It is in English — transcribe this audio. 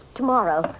tomorrow